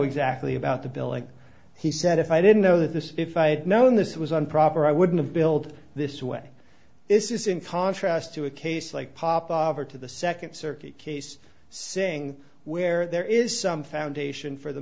exactly about the billing he said if i didn't know this if i had known this was on proper i wouldn't have built this way this is in contrast to a case like pop over to the second circuit case saying where there is some foundation for the